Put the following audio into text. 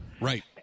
right